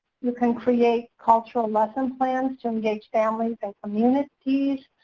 you can create cultural lesson plans to engage families and communities.